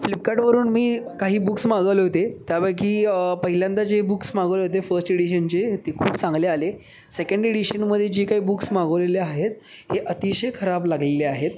फ्लिपकार्टवरून मी काही बुक्स मागवले होते त्यापैकी पहिल्यांदा जे बुक्स मागवले होते फर्स्ट एडिशनचे ते खूप चांगले आले सेकंड एडिशनमध्ये जे काही बुक्स मागवलेले आहेत हे अतिशय खराब लागलेले आहेत